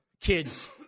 kids